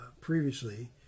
previously